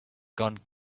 gone